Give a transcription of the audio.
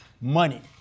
money